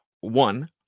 one